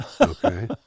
Okay